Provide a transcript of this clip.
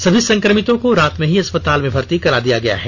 सभी संक्रमितों को रात में ही अस्पताल में भर्ती करा दिया गया है